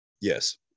Yes